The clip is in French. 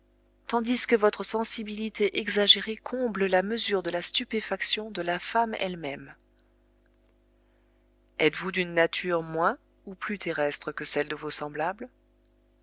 tandis que votre sensibilité exagérée comble la mesure de la stupéfaction de la femme elle-même êtes-vous d'une nature moins ou plus terrestre que celle de vos semblables